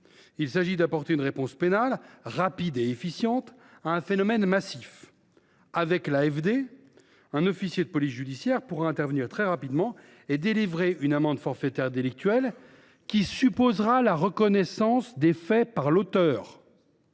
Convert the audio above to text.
Il s’agit d’apporter une réponse pénale rapide et efficiente à un phénomène massif. Ainsi, un officier de police judiciaire (OPJ) pourra intervenir très rapidement pour infliger une amende forfaitaire délictuelle, qui supposera la reconnaissance des faits par l’auteur